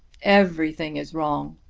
everything is wrong.